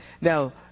Now